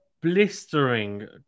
blistering